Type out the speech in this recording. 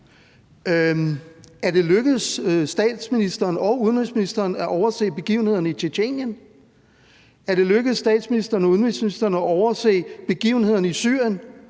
Er det lykkedes statsministeren og udenrigsministeren at overse begivenhederne i Tjetjenien? Er det lykkedes statsministeren og udenrigsministeren at overse begivenhederne i Syrien?